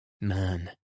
Man